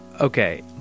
Okay